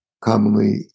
commonly